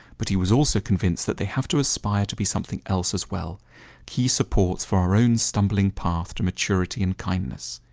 but he was also convinced that they have to aspire to be something else as well key supports for our own stumbling path to maturity and kindness.